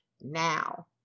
now